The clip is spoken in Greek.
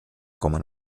ακόμα